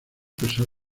pesar